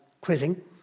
quizzing